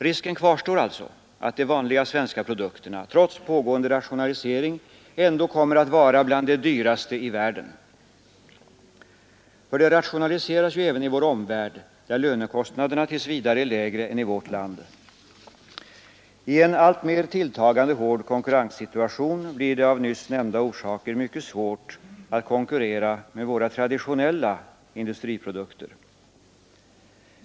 Risken kvarstår alltså att de vanliga svenska produkterna, trots pågående rationalisering, ändå kommer att vara bland de dyraste i världen, ty det rationaliseras även i vår omvärld, där lönekostnaderna tills vidare är lägre än i vårt land. I en alltmer tilltagande hård konkurrenssituation blir det, av nyss nämnda orsak, mycket svårt att konkurrera med våra traditionella industriprodukter.